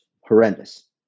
horrendous